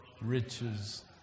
riches